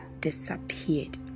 disappeared